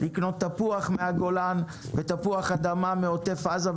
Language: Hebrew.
לקנות תפוח מהגולן ותפוח אדמה מעוטף עזה,